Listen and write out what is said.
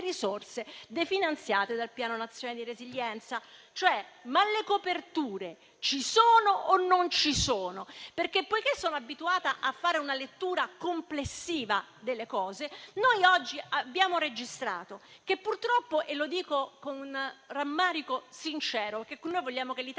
risorse definanziate dal Piano nazionale di ripresa e resilienza. Le coperture ci sono o non ci sono? Poiché sono abituata a fare una lettura complessiva delle cose, noi oggi abbiamo registrato che purtroppo - e lo dico con rammarico sincero, perché noi vogliamo che l'Italia